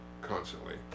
constantly